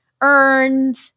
earned